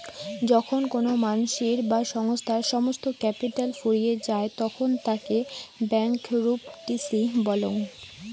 যখন কোনো মানসির বা সংস্থার সমস্ত ক্যাপিটাল ফুরিয়ে যায় তখন তাকে ব্যাংকরূপটিসি বলং